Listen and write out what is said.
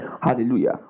Hallelujah